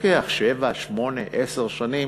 לוקח שבע, שמונה, עשר שנים,